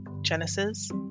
Genesis